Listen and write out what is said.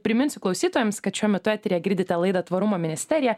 priminsiu klausytojams kad šiuo metu eteryje girdite laidą tvarumo ministerija